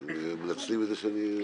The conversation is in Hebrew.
אבל יכול להיות שבאמת